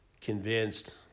convinced